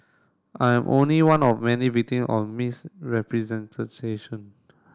I am only one of many victim of misrepresentation